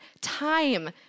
time